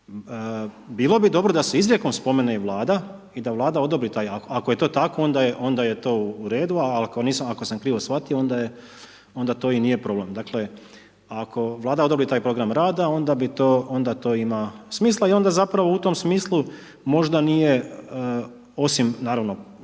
bilo bi dobro da se izrijekom spomene i Vlada i da Vlada odobri taj akt, ako je to tako onda je to u redu, al ako nisam, ako sam krivo shvatio onda to i nije problem. Dakle, ako Vlada odobri taj program rada onda to ima smisla i onda zapravo u tom smislu možda nije, osim naravno